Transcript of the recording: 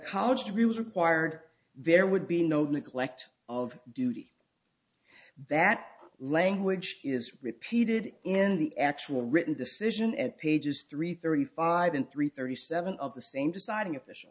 college degree was required there would be no neglect of duty that language is repeated in the actual written decision at pages three thirty five and three thirty seven of the same deciding official